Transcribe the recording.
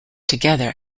together